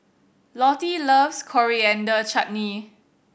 Lottie loves Coriander Chutney